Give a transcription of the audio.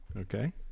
Okay